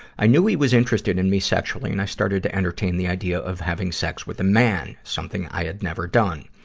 i knew he was interested in me sexually, and i started to entertain the idea of having sex with a man, something i had never done.